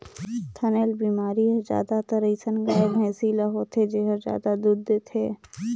थनैल बेमारी हर जादातर अइसन गाय, भइसी ल होथे जेहर जादा दूद देथे